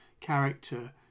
character